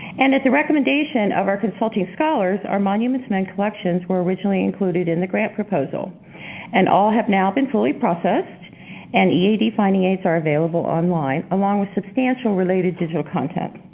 and at the recommendation of our consulting scholars, our monuments men collections were originally included in the grant proposal and all have now been fully processed and ead finding aids are available online along with substantial related digital content.